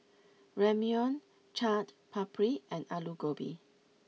Ramyeon Chaat Papri and Alu Gobi